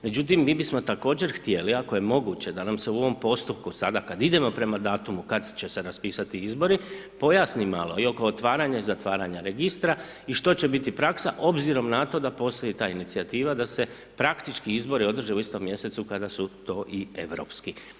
Međutim, mi bismo također htjeli, ako je moguće, da nam se u ovom postupku sada kad idemo prema datumu kad će se raspisati izbori, pojasni malo i oko otvaranja i zatvaranja registra i što će biti praksa obzirom na to da postoji ta inicijativa da se praktički izbori održe u istom mjesecu kada su to i europski.